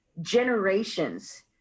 Generations